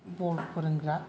बल फोरोंग्रा